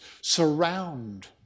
surround